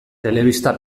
telebista